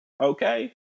Okay